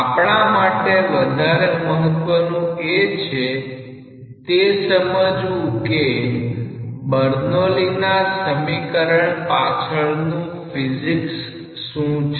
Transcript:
આપણાં માટે વધારે મહત્વનું એ છે કે તે સમજવું કે બર્નોલીના સમીકરણ પાછળનું ફિઝિક્સ શું છે